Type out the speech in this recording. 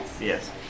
Yes